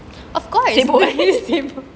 sibuk eh sibuk